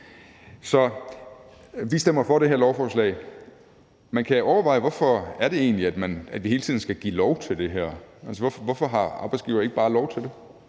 Så vi stemmer for det her lovforslag. Man kan overveje, hvorfor det egentlig er, vi hele tiden skal give lov til det her. Altså, hvorfor har arbejdsgiverne ikke bare lov til det?